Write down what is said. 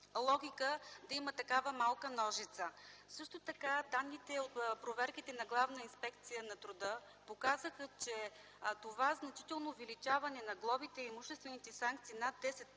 да има такава малка ножица. Също така данните от проверките на Главна инспекция на труда показаха, че това значително увеличаване на глобите и имуществените санкции – над